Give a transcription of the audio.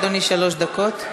אדוני, שלוש דקות.